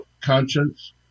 conscience